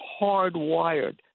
hardwired